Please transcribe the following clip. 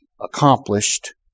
accomplished